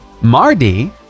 mardi